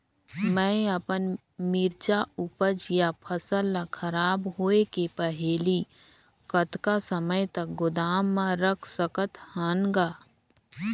मैं अपन मिरचा ऊपज या फसल ला खराब होय के पहेली कतका समय तक गोदाम म रख सकथ हान ग?